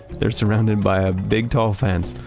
they're surrounded by a big tall fence,